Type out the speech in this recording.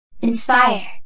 Inspire